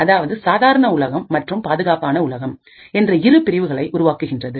அதாவது சாதாரண உலகம் மற்றும் பாதுகாப்பான உலகம் என்ற இரு பிரிவுகளை உருவாக்கின்றது